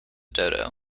dodo